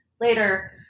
later